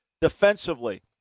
defensively